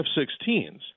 F-16s